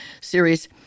series –